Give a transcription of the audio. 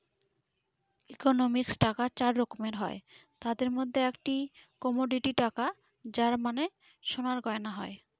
ইকোনমিক্সে টাকা চার রকমের হয় তাদের মধ্যে একটি কমোডিটি টাকা যার মানে সোনার গয়না হয়